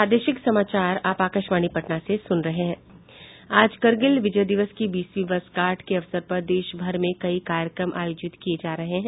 आज करगिल विजय दिवस की बीसवीं वर्षगांठ के अवसर पर देश भर में कई कार्यक्रम आयोजित किये जा रहे हैं